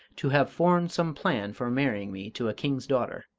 to have formed some plan for marrying me to a king's daughter.